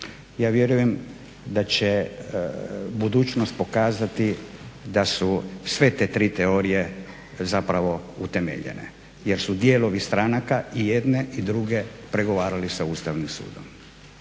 Ja vjerujem da će budućnost kazati da su sve te tri teorije zapravo utemeljene jer su dijelovi stanaka i jedne i druge pregovarali sa Ustavnim sudom.